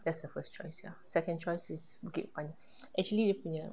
that's the first choice ya second choice is bukit panjang actually dia punya